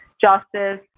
justice